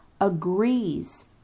agrees